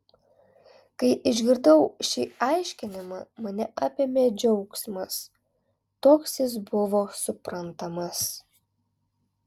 kai išgirdau šį aiškinimą mane apėmė džiaugsmas toks jis buvo suprantamas